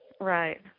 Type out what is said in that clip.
Right